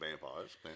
vampires